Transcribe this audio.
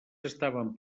estaven